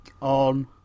on